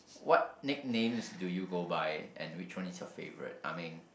what nicknames do you go by and which one is your favourite Ah Meng